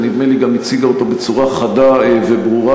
ונדמה לי שגם הציגה אותו בצורה חדה וברורה,